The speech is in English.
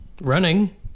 Running